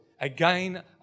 Again